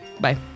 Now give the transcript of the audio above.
bye